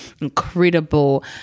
incredible